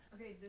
Okay